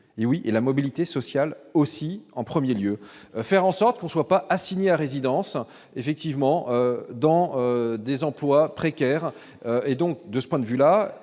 hé oui et la mobilité sociale aussi en 1er lieu: faire en sorte qu'on soit pas assignée à résidence, effectivement, dans des emplois précaires et donc de ce point de vue là,